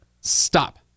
stop